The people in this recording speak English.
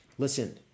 listen